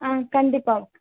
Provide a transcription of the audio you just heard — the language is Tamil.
ஆ கண்டிப்பாக